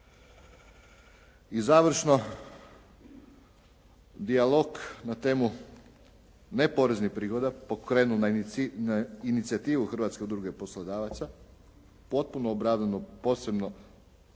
I završno, dijalog na temu neporeznih prihoda pokrenut na inicijativu Hrvatske udruge poslodavaca potpuno obrađeno posebno